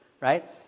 right